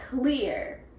clear